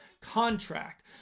contract